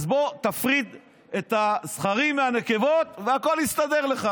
אז בוא תפריד את הזכרים מהנקבות והכול יסתדר לך.